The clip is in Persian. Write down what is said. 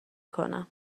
کنم